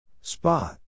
Spot